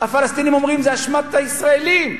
הפלסטינים אומרים, זה אשמת הישראלים.